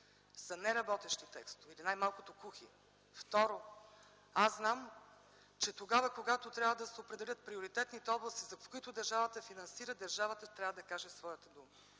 са неработещи или най-малкото кухи. Второ, аз знам, че когато трябва да се определят приоритетните области, които държавата финансира, държавата трябва да каже своята дума.